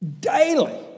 daily